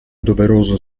doveroso